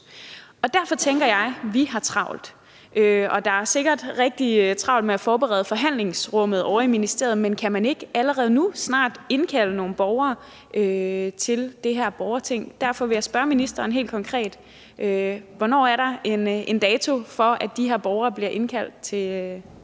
Derfor tænker jeg, at vi har travlt. Man har sikkert rigtig travlt med at forberede forhandlingsrummet ovre i ministeriet, men kan man ikke allerede nu eller snart indkalde nogle borgere til det her borgerting? Derfor vil jeg spørge ministeren helt konkret: Hvornår er der en dato for, at de her borgere bliver indkaldt til møde?